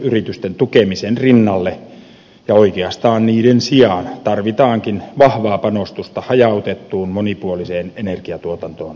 suuryritysten tukemisen rinnalle ja oikeastaan niiden sijaan tarvitaankin vahvaa panostusta hajautettuun monipuoliseen energiantuotantoon